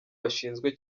bashinzwe